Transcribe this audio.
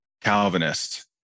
Calvinist